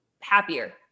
happier